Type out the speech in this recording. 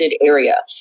area